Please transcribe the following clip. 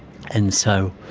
and so